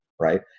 right